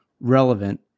relevant